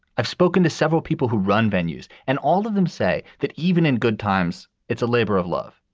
i've spoken to several people who run venues and all of them say that even in good times, it's a labor of love.